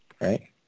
right